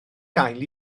gael